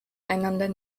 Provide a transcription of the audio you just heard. einander